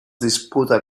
disputa